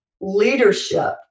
leadership